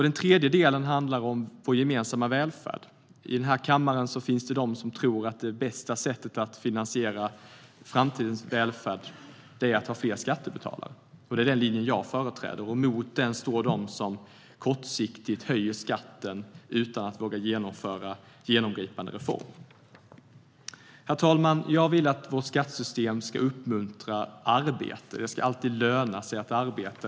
Den tredje delen handlar om vår gemensamma välfärd. I den här kammaren finns det de som tror att det bästa sättet att finansiera framtidens välfärd är att ha fler skattebetalare. Det är den linjen jag företräder. Mot den står de som kortsiktigt höjer skatten utan att våga genomföra genomgripande reformer. Herr talman! Jag vill att vårt skattesystem ska uppmuntra arbete. Det ska alltid löna sig att arbeta.